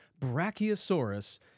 brachiosaurus